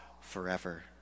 forever